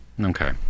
okay